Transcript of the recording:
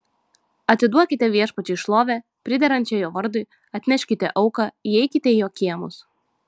atiduokite viešpačiui šlovę priderančią jo vardui atneškite auką įeikite į jo kiemus